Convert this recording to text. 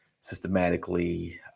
systematically